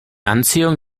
anziehung